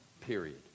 period